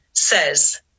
Says